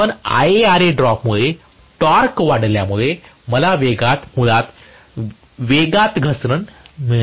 पण IaRa ड्रॉपमुळे torque वाढल्यामुळे मला वेगात मुळात वेगात घसरण मिळणार आहे